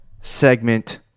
segment